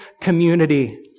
community